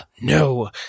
no